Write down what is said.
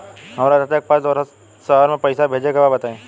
हमरा चाचा के पास दोसरा शहर में पईसा भेजे के बा बताई?